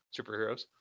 superheroes